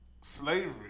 slavery